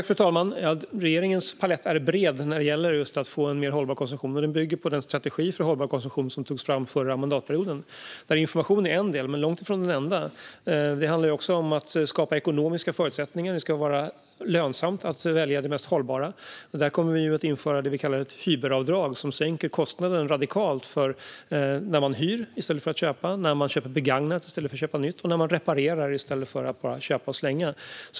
Fru talman! Regeringens palett är bred när det gäller att få en mer hållbar konsumtion, och den bygger på den strategi för hållbar konsumtion som togs fram förra mandatperioden. Där är information en del, men det är långt ifrån det enda. Det handlar också om att skapa ekonomiska förutsättningar. Det ska vara lönsamt att välja det mest hållbara. Där kommer vi att införa det vi kallar för ett hyberavdrag, som sänker kostnaden radikalt här man hyr i stället för att köpa, när man köper begagnat i stället för nytt och när man reparerar i stället för att bara slänga.